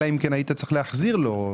אלא אם כן היית צריך להחזיר לו.